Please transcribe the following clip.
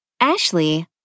Ashley